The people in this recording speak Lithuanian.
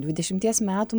dvidešimties metų